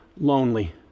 lonely